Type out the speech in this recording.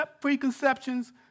preconceptions